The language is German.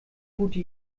gute